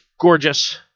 gorgeous